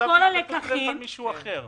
עכשיו שזה ייפול על מישהו אחר.